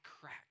crack